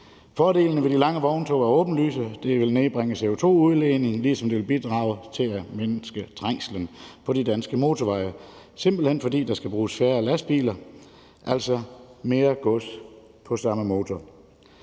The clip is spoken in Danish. Fordelene ved de lange vogntog er åbenlyse: Det vil nedbringe CO2-udledningen, ligesom det vil bidrage til at mindske trængslen på de danske motorveje, simpelt hen fordi der skal bruges færre lastbiler, altså mere gods på den samme motor.